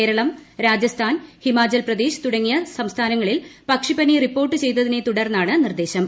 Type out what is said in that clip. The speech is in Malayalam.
കേരളം രാജസ്ഥാൻ ഹിമാചൽപ്രദേശ് തുടങ്ങിയ ചില സംസ്ഥാനങ്ങളിൽ പക്ഷിപ്പനി റിപ്പോർട്ട് ചെയ്തതിനെ തുടർന്നാണ് നിർദ്ദേശം